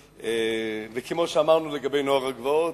כמו שאמרנו לגבי נוער הגבעות,